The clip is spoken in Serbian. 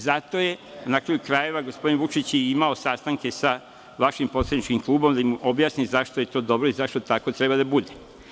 Zato je na kraju krajeva gospodin Vučić imao sastanke sa vašim poslaničkim klubom, da objasni zašto je to dobro i zašto treba tako da bude.